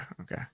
Okay